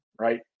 right